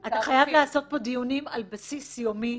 אתה חייב לעשות פה דיונים על בסיס יומי.